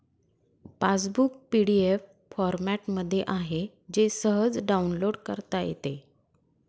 passbook PDF फॉरमॅटमध्ये आहे जे सहज डाउनलोड करता येते